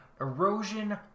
erosion